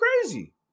crazy